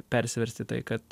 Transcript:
persiverst į tai kad